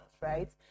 right